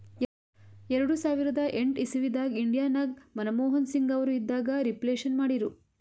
ಎರಡು ಸಾವಿರದ ಎಂಟ್ ಇಸವಿದಾಗ್ ಇಂಡಿಯಾ ನಾಗ್ ಮನಮೋಹನ್ ಸಿಂಗ್ ಅವರು ಇದ್ದಾಗ ರಿಫ್ಲೇಷನ್ ಮಾಡಿರು